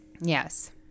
yes